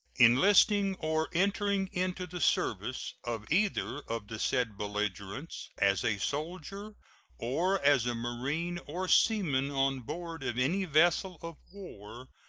enlisting or entering into the service of either of the said belligerents as a soldier or as a marine or seaman on board of any vessel of war,